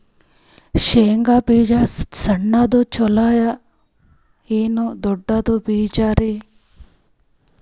ಶೇಂಗಾ ಬೀಜ ಸಣ್ಣದು ಚಲೋ ಏನ್ ದೊಡ್ಡ ಬೀಜರಿ?